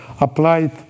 applied